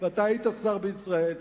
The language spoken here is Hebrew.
אתה היית שר בישראל,